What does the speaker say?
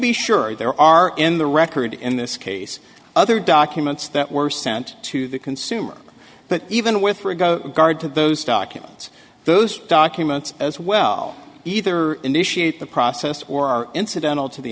be sure there are in the record in this case other documents that were sent to the consumer but even with for a go guard to those documents those documents as well either initiate the process or are incidental to the